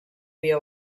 via